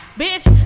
bitch